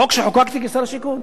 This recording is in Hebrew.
חוק שחוקקתי כשר השיכון,